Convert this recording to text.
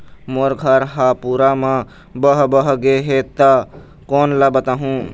मोर घर हा पूरा मा बह बह गे हे हे ता कोन ला बताहुं?